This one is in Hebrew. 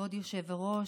כבוד היושב-ראש,